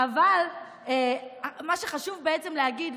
אבל מה שחשוב בעצם להגיד,